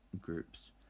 groups